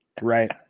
Right